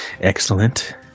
excellent